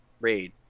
raid